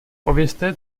povězte